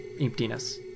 emptiness